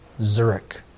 Zurich